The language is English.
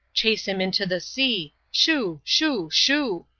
chase him into the sea! shoo! shoo! shoo!